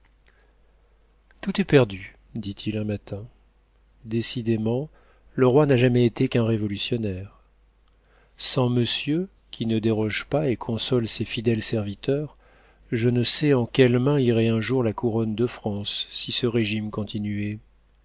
tout est perdu dit-il un matin décidément le roi n'a jamais été qu'un révolutionnaire sans monsieur qui ne déroge pas et console ses fidèles serviteurs je ne sais en quelles mains irait un jour la couronne de france si ce régime continuait